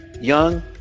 young